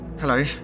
Hello